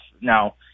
Now